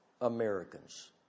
Americans